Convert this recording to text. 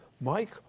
Mike